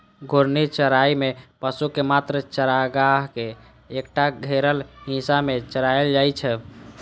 घूर्णी चराइ मे पशु कें मात्र चारागाहक एकटा घेरल हिस्सा मे चराएल जाइ छै